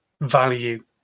value